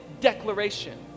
declaration